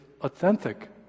authentic